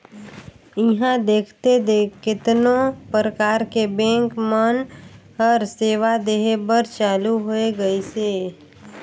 इहां देखथे केतनो परकार के बेंक मन हर सेवा देहे बर चालु होय गइसे